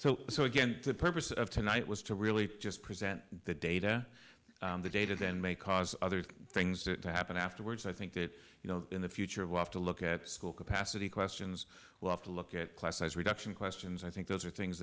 so so again the purpose of tonight was to really just present the data the data that may cause other things to happen afterwards i think that you know in the future of we have to look at school capacity questions well have to look at class size reduction questions i think those are things